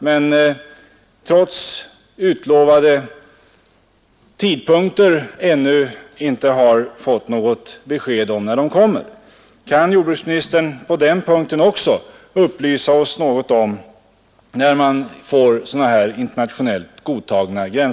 Men trots att de utlovats har ännu inget hörts om dem. Kan jordbruksministern också på den punkten upplysa oss något om när de kommer vore det bra.